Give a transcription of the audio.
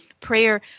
prayer